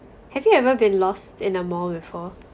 have you ever been lost in a mall before